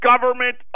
government